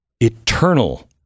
eternal